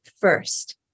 first